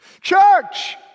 Church